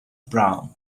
brown